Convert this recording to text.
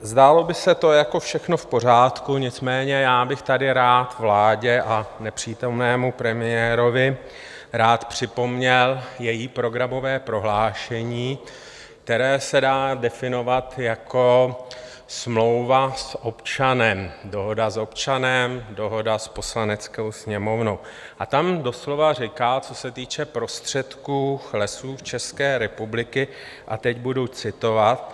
Zdálo by se to všechno v pořádku, nicméně já bych tady rád vládě a nepřítomnému premiérovi rád připomněl její programové prohlášení, které se dá definovat jako smlouva s občanem, dohoda s občanem, dohoda s Poslaneckou sněmovnu, a tam se doslova říká, co se týče prostředků Lesů České republiky, a teď budu citovat: